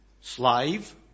slave